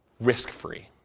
risk-free